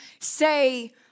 say